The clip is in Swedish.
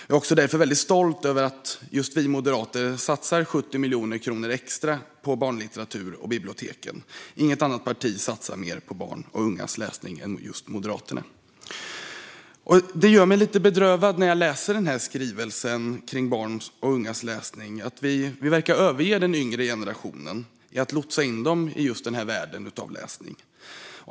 Jag är därför också väldigt stolt över att just vi moderater satsar 70 miljoner kronor extra på barnlitteratur och på biblioteken. Inget annat parti satsar mer på barns och ungas läsning än just Moderaterna. Det gör mig lite bedrövad när jag läser den här skrivelsen om barns och ungas läsning att vi verkar överge den yngre generationen när det gäller att lotsa dem in i en värld av läsning.